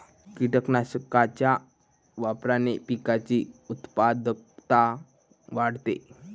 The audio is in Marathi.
कीटकनाशकांच्या वापराने पिकाची उत्पादकता वाढते